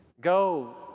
Go